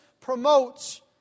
promotes